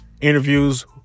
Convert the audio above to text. Interviews